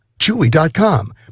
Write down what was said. Chewy.com